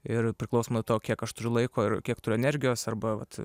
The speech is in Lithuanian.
ir priklausomai nuo to kiek aš turiu laiko ir kiek turiu energijos arba vat